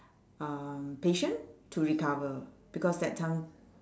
um patient to recover because that time